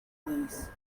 please